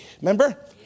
Remember